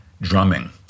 drumming